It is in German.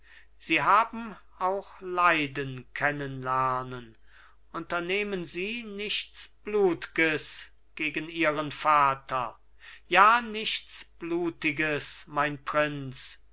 sie haben auch leiden kennenlernen unternehmen sie nichts blutges gegen ihren vater ja nichts blutiges mein prinz